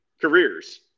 careers